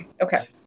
Okay